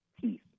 peace